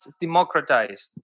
democratized